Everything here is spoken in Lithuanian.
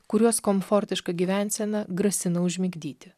kuriuos komfortiška gyvensena grasina užmigdyti